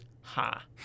ha